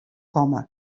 komme